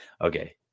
okay